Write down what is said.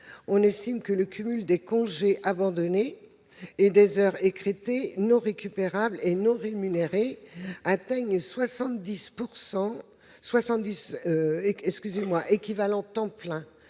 on estime que le cumul des congés abandonnés et des heures écrêtées non récupérables et non rémunérées atteint 70 équivalents temps plein.